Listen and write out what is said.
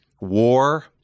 war